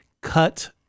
cut